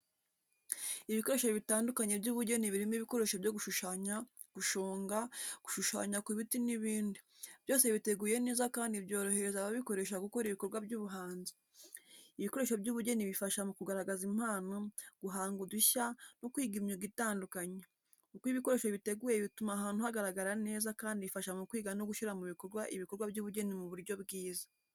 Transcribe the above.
ibikoresho bitandukanye by’ubugeni birimo ibikoresho byo gushushanya, gushonga, gushushanya ku biti n’ibindi, byose biteguye neza kandi byorohereza ababikoresha gukora ibikorwa by’ubuhanzi. Ibikoresho by’ubugeni bifasha mu kugaragaza impano, guhanga udushya no kwiga imyuga itandukanye. Uko ibikoresho biteguwe bituma ahantu hagaragara neza kandi bifasha mu kwiga no gushyira mu bikorwa ibikorwa by’ubugeni mu buryo bwiza.